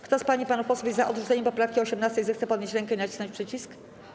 Kto z pań i panów posłów jest za odrzuceniem poprawki 18., zechce podnieść rękę i nacisnąć przycisk.